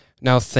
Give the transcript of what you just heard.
Now